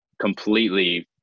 completely